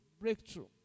breakthrough